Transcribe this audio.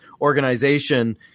organization